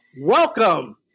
welcome